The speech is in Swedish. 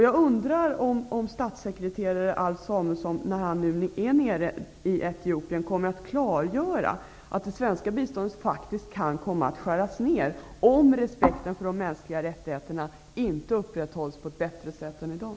Jag undrar om statssekreterare Alf T. Samuelsson, när han nu befinner sig i Etiopien, kommer att klargöra att det svenska biståndet faktiskt kan komma att skäras ned, om respekten för de mänskliga rättighetena inte upprätthålls på ett bättre sätt än i dag.